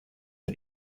der